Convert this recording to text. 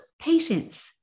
patience